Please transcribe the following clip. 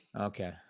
Okay